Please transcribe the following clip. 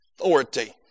authority